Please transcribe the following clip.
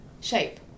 shape